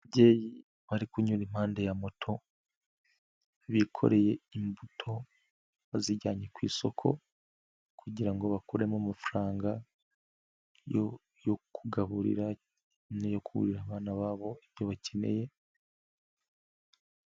Ababyeyi bari kunyura impande ya moto, bikoreye imbuto bazijyanye ku isoko kugira bakuremo amafaranga yo kugaburira n'ayo kubonere abana babo ibyo bakeneye.